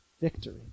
victory